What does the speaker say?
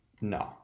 No